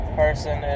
person